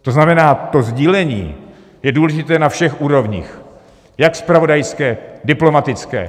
To znamená, to sdílení je důležité na všech úrovních, jak zpravodajské, tak diplomatické.